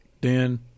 Dan